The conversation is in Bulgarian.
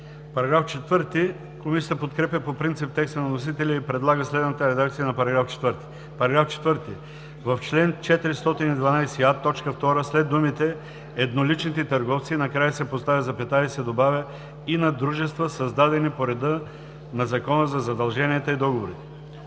АДЕМОВ: Комисията подкрепя по принцип текста на вносителя и предлага следната редакция на § 4: „§ 4. В чл. 412а, т. 2 след думите „едноличните търговци“ накрая се поставя запетая и се добавя „и на дружества, създадени по реда на Закона за задълженията и договорите.“